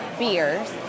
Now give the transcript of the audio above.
beers